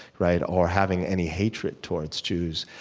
right? or having any hatred towards jews?